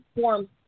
forms